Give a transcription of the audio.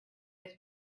his